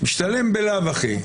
משתלם בלאו הכי,